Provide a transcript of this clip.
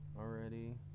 already